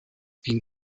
ging